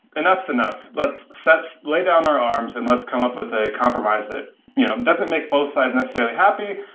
enough is enough. let's so let's lay down our arms and let's come up with a compromise it. it doesn't make both sides necessarily happy,